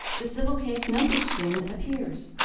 the civil case number screen appears.